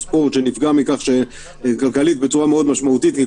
או בעבור תחרות של ספורטאי מקצועי כאמור בפסקאות (1) עד (3)